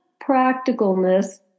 practicalness